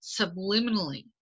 subliminally